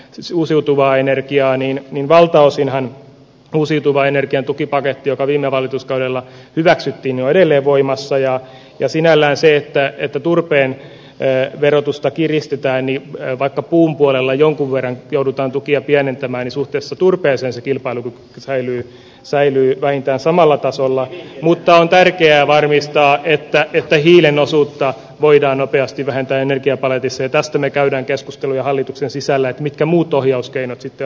sisuuusiutuvaa energiaa niin valtaosinhan uusiutuvan energian tukipaketti joka viime hallituskaudella hyväksyttiin edelleen voimassa ja jo sinällään siitä että turpeen verotusta kiristetään niin vaikka puun puolella jonkun verran joudutaan tukia pienentämään suhteessa turpeeseen se kilpailu säilyy säilyy vähintään samalla tasolla mutta on tärkeää varmistaa että ette hiilen osuutta voidaan nopeasti vähentää energiapaletissa tästä me käydään keskusteluja hallituksen sisällä mitkä muut ohjauskeinot sitten